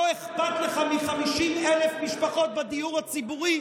לא אכפת לך מ-50,000 משפחות בדיור הציבורי,